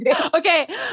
okay